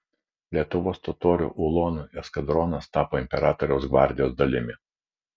lietuvos totorių ulonų eskadronas tapo imperatoriaus gvardijos dalimi